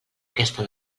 aquesta